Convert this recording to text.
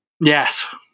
Yes